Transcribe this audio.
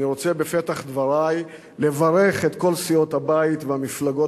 אני רוצה בפתח דברי לברך את כל סיעות הבית והמפלגות